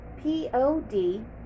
P-O-D